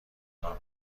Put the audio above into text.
کار